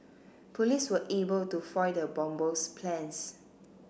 police were able to foil the bomber's plans